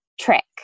trick